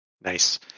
nice